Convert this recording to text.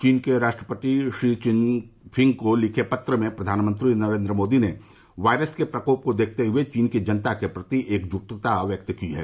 चीन के राष्ट्रपति षी चिनफिंग को लिखे पत्र में प्रधानमंत्री नरेन्द्र मोदी ने वायरस के प्रकोप को देखते हुए चीन की जनता के प्रति एकजुटता व्यक्त की है